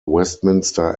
westminster